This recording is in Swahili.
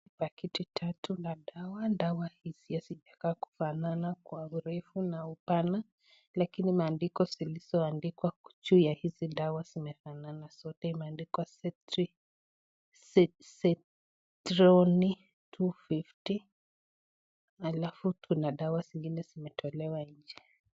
Pakiti tatu la dawa. Dawa hizi hazijakaa kufanana kwa urefu na upana lakini maandiko zilizoandikwa juu ya hizi dawa zimefanana zote. Imeandikwa 'Zetroni-250'alafu tuna dawa zingine zimetolewa nje.